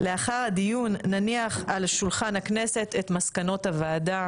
לאחר הדיון נניח על שולחן הכנסת את מסקנות הוועדה.